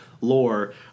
lore